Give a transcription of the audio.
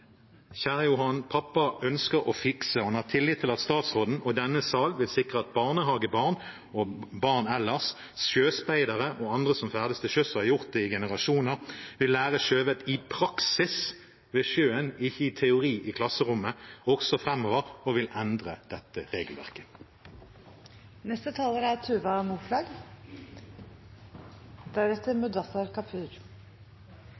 Johan, pappa ønsker å fikse. Han har tillit til at statsråden og denne sal vil sikre at barnehagebarn og barn ellers, sjøspeidere og andre som ferdes til sjøs, som har gjort det i generasjoner, vil lære sjøvett i praksis ved sjøen, ikke som teori i klasserommet, også framover, og vil endre dette regelverket. Noen av utfordringene vi opplever som samfunn, er